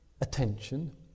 attention